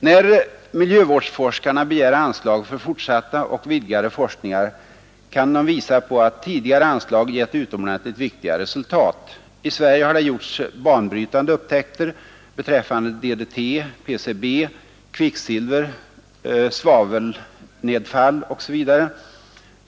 När miljövårdsforskarna begär anslag för fortsatta och vidgade forskningar kan de visa på att tidigare anslag givit utomordentligt viktiga resultat. I Sverige har det gjorts banbrytande upptäckter beträffande DDT, PCB, kvicksilver, svavelnedfall etc.